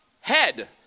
head